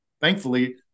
Thankfully